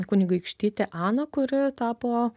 kunigaikštytė ana kuri tapo